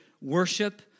worship